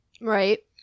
Right